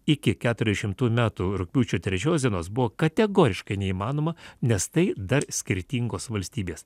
iki keturiasdešimtųjų metų rugpjūčio trečios dienos buvo kategoriškai neįmanoma nes tai dar skirtingos valstybės